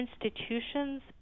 institutions